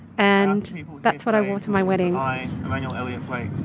and that's what i wore to my wedding i, emmanuel elliot plait,